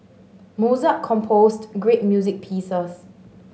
Mozart composed great music pieces